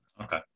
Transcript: Okay